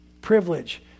privilege